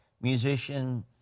musician